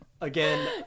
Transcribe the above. Again